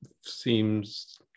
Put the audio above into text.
seems